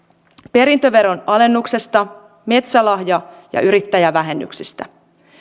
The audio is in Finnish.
perintöveron alennuksesta metsälahja ja yrittäjävähennyksistä